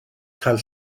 cael